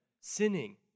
sinning